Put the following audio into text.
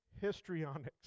histrionics